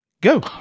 go